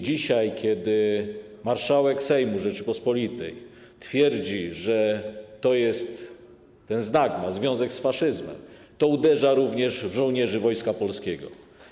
Dzisiaj, kiedy marszałek Sejmu Rzeczypospolitej twierdzi, że ten znak ma związek z faszyzmem, to uderza również w żołnierzy Wojska Polskiego.